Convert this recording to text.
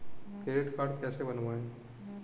Credit card कैसे बनवाएँ?